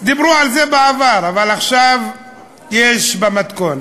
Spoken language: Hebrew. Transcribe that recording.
דיברו על זה בעבר, אבל עכשיו יש בה מתכון.